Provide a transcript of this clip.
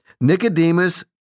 Nicodemus